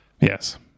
Yes